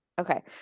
Okay